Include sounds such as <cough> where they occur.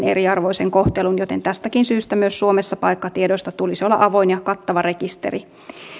<unintelligible> eriarvoisen kohtelun joten tästäkin syystä myös suomessa paikkatiedoista tulisi olla avoin ja kattava rekisteri